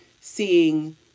seeing